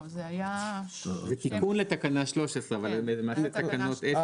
זה תיקון לתקנה 13. אבל למעשה זה תקנות 10,